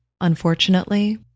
Unfortunately